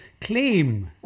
claim